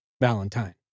Valentine